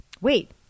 Wait